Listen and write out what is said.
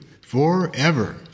forever